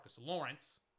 Lawrence